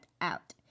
out